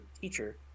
teacher